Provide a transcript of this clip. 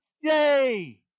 Yay